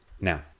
Now